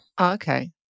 Okay